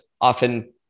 often